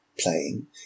playing